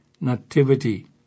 nativity